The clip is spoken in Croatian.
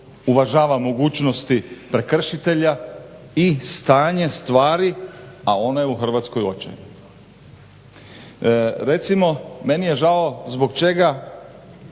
uvažava mogućnosti prekršitelja i stanje stvari a ono je u Hrvatskoj očajno. Recimo meni je žao zbog čega